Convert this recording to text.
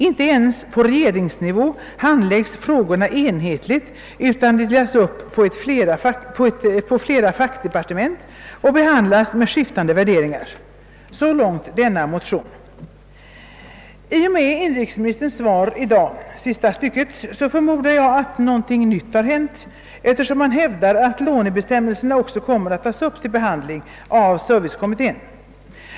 Inte ens på regeringsnivå handläggs frågorna enhetligt utan delas upp på flera fackdepartement och behandlas med skiftande värderingar.» Sista stycket i inrikesministerns svar i dag ger mig anledning förmoda att någonting nytt har hänt, eftersom han där hävdar att lånebestämmelserna också kommer att tas upp till behandling av servicekommittén.